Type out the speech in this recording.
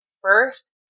first